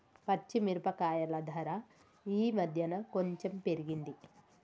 పచ్చి మిరపకాయల ధర ఈ మధ్యన కొంచెం పెరిగింది